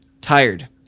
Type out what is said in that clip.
tired